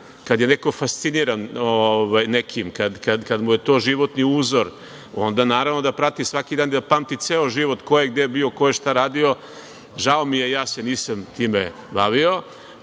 Kada je neko fasciniran nekim, kada mu je to životni uzor onda naravno da prati svaki dan, da pamti ceo život ko je gde bio, ko je šta radio. Žao mi je, ja se nisam time